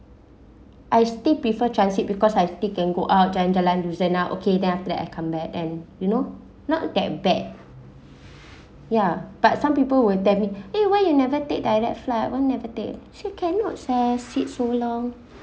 I still prefer transit because I still can go out and jalan-jalan loosen up okay then after that I come back and you know not that bad ya but some people will tell me eh why you never take direct flight why never take she cannot sat seats so long